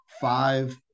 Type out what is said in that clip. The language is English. five